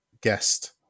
guest